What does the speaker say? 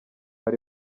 ari